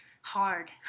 hard